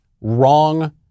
wrong